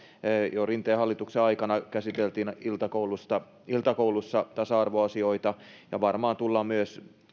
jo rinteen hallituksen aikana käsiteltiin iltakoulussa iltakoulussa tasa arvoasioita ja varmaan tullaan myös